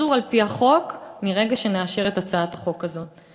אסור על-פי החוק מרגע שנאשר את הצעת החוק הזאת.